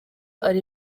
ari